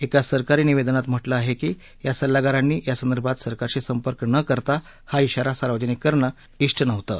एका सरकारी निवेदनात म्हटलं आहे की या सल्लागारांनी या संदर्भात सरकारशी संपर्क न करता हा इशारा सार्वजनिक करणं इष्ट नव्हतं